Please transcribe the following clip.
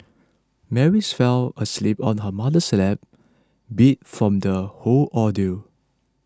Mary's fell asleep on her mother's lap beat from the whole ordeal